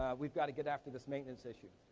we've gotta get after this maintenance issue.